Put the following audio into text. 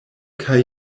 kaj